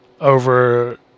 over